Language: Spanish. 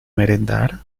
merendar